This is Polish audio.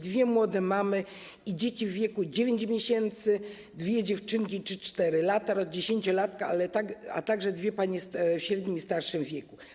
Dwie młode mamy i dzieci w wieku 9 miesięcy, dwie dziewczynki - 3, 4 lata oraz dziesięciolatka, a także dwie panie w średnim i starszym wieku.